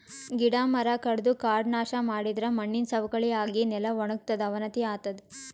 ಗಿಡ ಮರ ಕಡದು ಕಾಡ್ ನಾಶ್ ಮಾಡಿದರೆ ಮಣ್ಣಿನ್ ಸವಕಳಿ ಆಗಿ ನೆಲ ವಣಗತದ್ ಅವನತಿ ಆತದ್